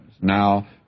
Now